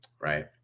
right